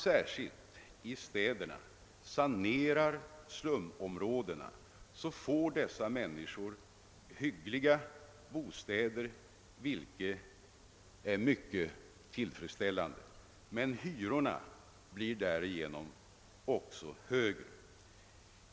särskilt i städerna sanerar slumområdena får dessa människor hyggliga bostäder, vilket är mycket tillfredsställande. Men därigenom blir också hyrorna högre.